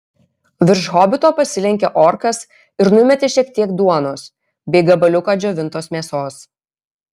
virš hobito pasilenkė orkas ir numetė šiek tiek duonos bei gabaliuką džiovintos mėsos